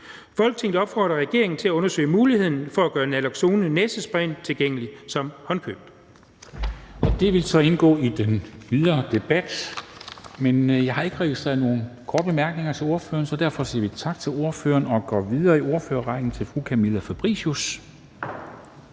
Folketinget opfordrer regeringen til at undersøge muligheden for at gøre Naloxone næsesprayen tilgængelig som håndkøb.«